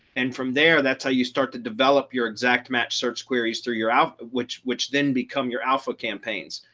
and from there, that's how you start to develop your exact match search queries through your out which which then become your alpha campaigns.